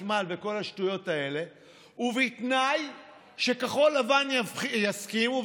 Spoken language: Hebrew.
חשמל וכל השטויות האלה ובתנאי שכחול לבן יסכימו,